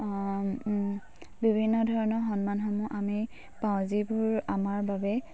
বিভিন্ন ধৰণৰ সন্মানসমূহ আমি পাওঁ যিবোৰ আমাৰ বাবে